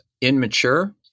immature